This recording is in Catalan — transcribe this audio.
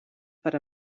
per